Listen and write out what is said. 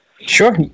Sure